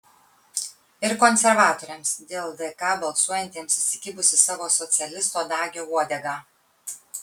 ir konservatoriams dėl dk balsuojantiems įsikibus į savo socialisto dagio uodegą